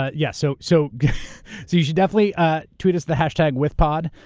ah yeah so so so you should definitely ah tweet us the hashtag withpod.